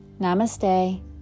Namaste